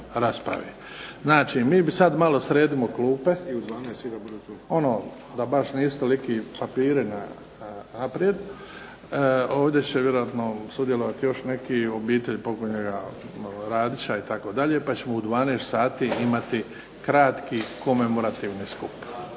raspravi. Znači, mi bi sad malo sredimo klupe, da baš nisu toliki papiri naprijed. Ovdje će vjerojatno sudjelovati još neki, obitelj pokojnoga Radića itd., pa ćemo u 12 sati imati kratki komemorativni skup.